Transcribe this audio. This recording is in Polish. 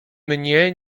mnie